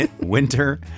Winter